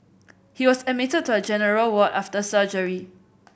he was admitted to a general ward after surgery